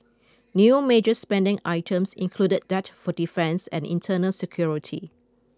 new major spending items included that for defence and internal security